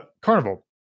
Carnival